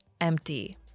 empty